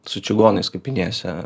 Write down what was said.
su čigonais kapinėse